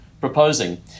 proposing